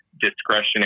discretionary